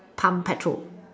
pump petrol